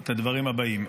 את הדברים הבאים,